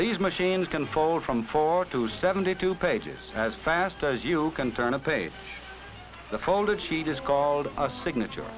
these machines can fold from four to seventy two pages as fast as you can turn a page the folded sheet is called a signature